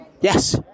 yes